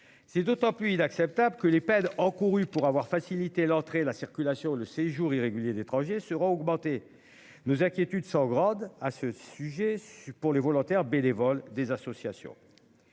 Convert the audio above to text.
C'est d'autant plus inacceptable que les peines encourues pour avoir facilité l'entrée la circulation ou le séjour irrégulier d'étrangers sera augmenté nos inquiétudes sont grandes, à ce sujet pour les volontaires bénévoles des associations.